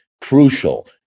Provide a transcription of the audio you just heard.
crucial